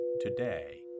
today